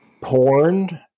Porn